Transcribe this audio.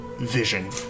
vision